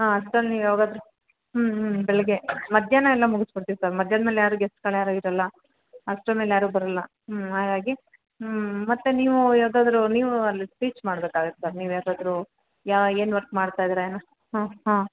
ಹಾಂ ಸರ್ ನೀವು ಯಾವಾಗಾದರೂ ಹ್ಞೂ ಹ್ಞೂ ಬೆಳಗ್ಗೆ ಮಧ್ಯಾಹ್ನ ಎಲ್ಲ ಮುಗಿಸ್ಬಿಡ್ತೀವಿ ಸಾರ್ ಮಧ್ಯಾಹ್ನ ಮೇಲೆ ಯಾರು ಗೇಸ್ಟುಗಳು ಯಾರೂ ಇರೋಲ್ಲ ಅಷ್ಟರ ಮೇಲೆ ಯಾರೂ ಬರೋಲ್ಲ ಹ್ಞೂ ಹಾಗಾಗಿ ಹ್ಞೂ ಮತ್ತು ನೀವು ಯಾವ್ದಾದರೂ ನೀವು ಅಲ್ಲಿ ಸ್ಪೀಚ್ ಮಾಡ್ಬೇಕಾಗತ್ತೆ ಸರ್ ನೀವು ಯಾವ್ದಾದರೂ ಯಾ ಏನು ವರ್ಕ್ ಮಾಡ್ತಾಯಿದೀರ ಏನು ಹಾಂ ಹಾಂ